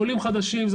עולים חדשים,